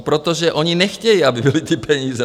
Protože oni nechtějí, aby ty peníze...